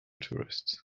tourists